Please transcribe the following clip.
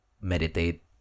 meditate